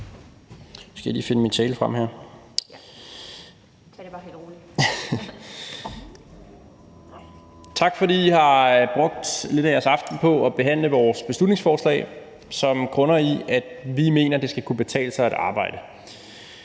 skal jeg lige finde min tale frem her. Tak, fordi I har brugt lidt af jeres aften på at behandle vores beslutningsforslag, som grunder i, at vi mener, at det skal kunne betale sig at arbejde.